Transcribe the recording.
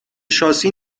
شاسی